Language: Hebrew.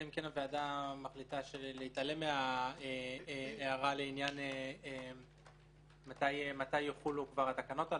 אלא אם כן הוועדה מחליטה להתעלם מההערה מתי יחולו התקנות האלה.